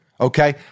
okay